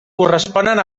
corresponen